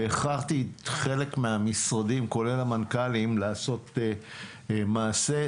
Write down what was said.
והכרחתי חלק מהמשרדים, כולל המנכ"לים לעשות מעשה.